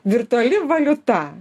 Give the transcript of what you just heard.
virtuali valiuta